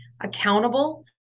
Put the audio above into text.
accountable